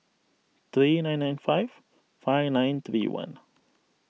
three nine nine five five nine three one